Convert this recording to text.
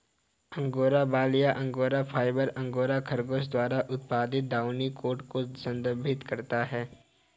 angora बाल या angora fibre, angora खरगोश द्वारा उत्पादित डाउनी कोट को संदर्भित करता है